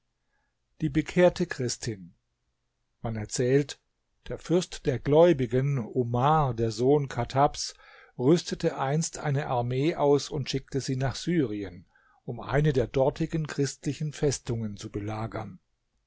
die bekehrte christin man erzählt der fürst der gläubigen omar der sohn chattabs rüstete einst eine armee aus und schickte sie nach syrien um eine der dortigen christlichen festungen zu belagern